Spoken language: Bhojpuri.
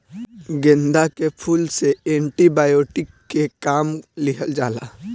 गेंदा के फूल से एंटी बायोटिक के काम लिहल जाला